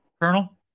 Colonel